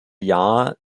jahr